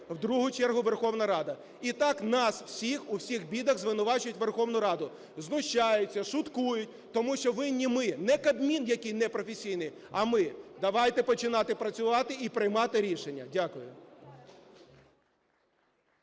в другу чергу Верховна Рада. І так нас всіх у всіх бідах звинувачують Верховну Раду, знущаються, шуткують, тому що винні ми. Не Кабмін, який непрофесійний, а ми. Давайте починати працювати і приймати рішення. Дякую.